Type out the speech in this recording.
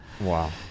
Wow